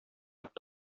дип